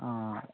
ആ